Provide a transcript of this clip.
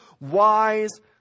wise